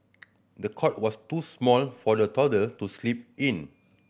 the cot was too small for the toddler to sleep in